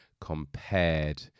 compared